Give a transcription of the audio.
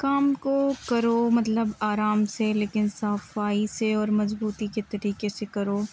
کام کو کرو مطلب آرام سے لیکن صافائی سے اور مضبوطی کے طریقے سے کرو